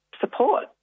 support